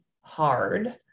hard